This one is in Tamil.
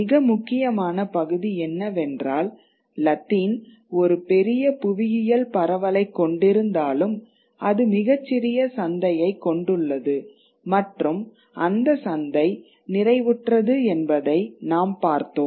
மிக முக்கியமான பகுதி என்னவென்றால் லத்தீன் ஒரு பெரிய புவியியல் பரவலைக் கொண்டிருந்தாலும் அது மிகச் சிறிய சந்தையைக் கொண்டுள்ளது மற்றும் அந்த சந்தை நிறைவுற்றது என்பதை நாம் பார்த்தோம்